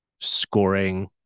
scoring